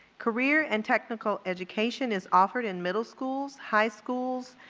career and technical education is offered in middle schools, high schools,